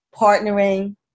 partnering